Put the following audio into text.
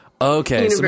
Okay